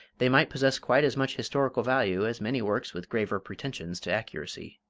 they might possess quite as much historical value as many works with graver pretentions to accuracy.